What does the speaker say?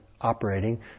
operating